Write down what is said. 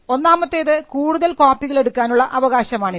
ഒന്നാമത്തെത് കൂടുതൽ കോപ്പികൾ എടുക്കാനുള്ള അവകാശമാണിത്